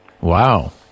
Wow